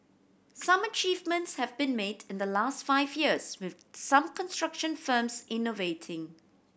some achievements have been made in the last five years with some construction firms innovating